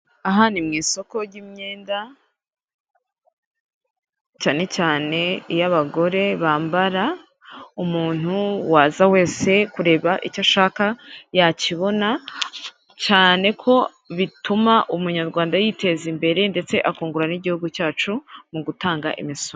Aha ni mu isoko ry'imyenda cyane cyane iyo abagore bambara, umuntu waza wese kureba icyo ashaka yakibona, cyane ko bituma umunyarwanda yiteza imbere ndetse akungura n'igihugu cyacu mu gutanga imisoro.